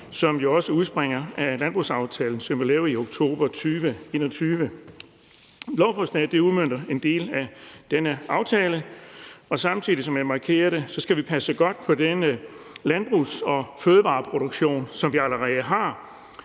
jo også udspringer af landbrugsaftalen, som blev lavet i oktober 2021. Lovforslaget udmønter en del af denne aftale, og samtidig skal vi, som jeg markerede, passe godt på den landbrugs- og fødevareproduktion, som vi allerede har.